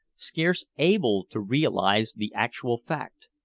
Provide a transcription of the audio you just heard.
scarce able to realize the actual fact.